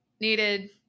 needed